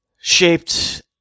shaped